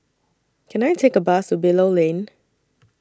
Can I Take A Bus to Bilal Lane